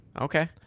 Okay